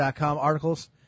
articles